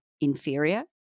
inferior